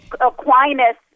Aquinas